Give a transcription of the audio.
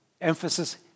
Emphasis